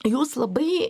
jūs labai